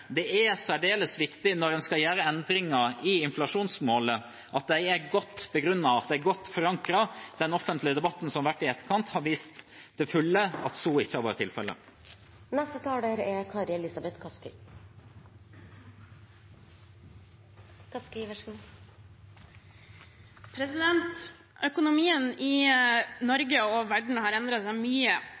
Det er særdeles viktig når en skal gjøre endringer i inflasjonsmålet, at de er godt begrunnet og godt forankret. Den offentlige debatten som har vært i etterkant, har vist til fulle at så ikke har vært tilfellet. Økonomien i Norge og verden har endret seg mye i de 17 årene som har gått siden 2001. Vi har